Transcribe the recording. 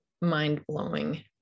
mind-blowing